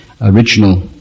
original